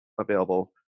available